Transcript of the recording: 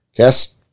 Yes